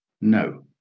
No